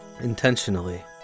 Intentionally